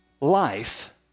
life